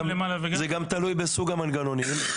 כך שיש סוגים שונים של מנגנונים.